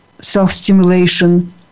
self-stimulation